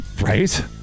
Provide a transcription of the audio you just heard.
right